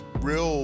real